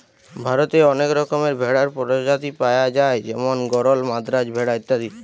ভারতে অনেক রকমের ভেড়ার প্রজাতি পায়া যায় যেমন গরল, মাদ্রাজ ভেড়া ইত্যাদি